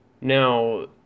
Now